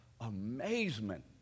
amazement